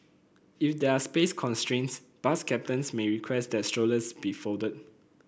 if there are space constraints bus captains may request that strollers be folded